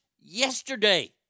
yesterday